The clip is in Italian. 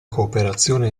cooperazione